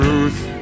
Truth